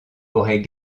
aurait